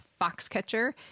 Foxcatcher